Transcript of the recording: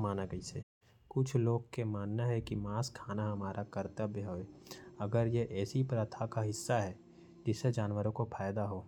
मन के संतुलन बने रही।